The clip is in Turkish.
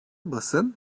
basın